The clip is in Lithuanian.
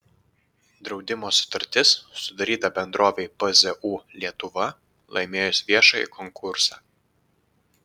draudimo sutartis sudaryta bendrovei pzu lietuva laimėjus viešąjį konkursą